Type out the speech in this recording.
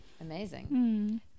amazing